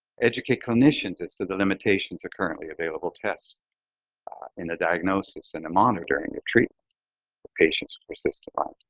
educate clinicians as to the limitations of currently available test in the diagnosis and the monitoring of treatment of patients with persistent lyme